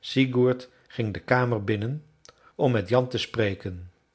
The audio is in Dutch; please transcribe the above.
sigurd ging de kamer binnen om met jan te spreken